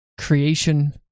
creation